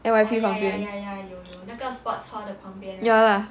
N_Y_P 旁边